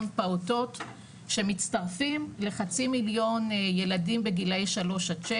פעוטות שמצטרפים לחצי מיליון ילדים בגילאי 3-6,